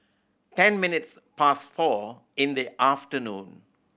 ten minutes past four in the afternoon